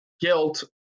guilt